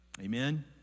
Amen